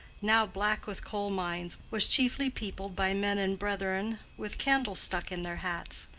now black with coal mines, was chiefly peopled by men and brethren with candles stuck in their hats,